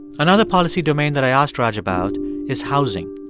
another policy domain that i asked raj about is housing.